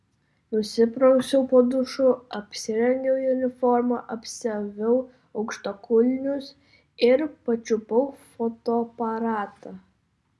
nusiprausiau po dušu apsirengiau uniformą apsiaviau aukštakulnius ir pačiupau fotoaparatą